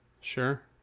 Sure